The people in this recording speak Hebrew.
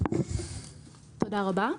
תודה רבה.